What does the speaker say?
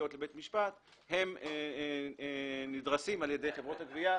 תביעות לבית משפט נדרסים על ידי חברות הגבייה,